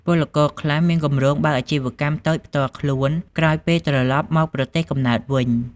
ពលករខ្លះមានគម្រោងបើកអាជីវកម្មតូចផ្ទាល់ខ្លួន ក្រោយពេលត្រឡប់មកប្រទេសកំណើតវិញ។